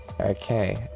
okay